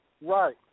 Right